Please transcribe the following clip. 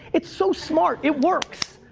it's so smart. it works.